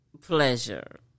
pleasure